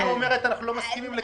היא אומרת אנחנו לא מסכימים לכלום.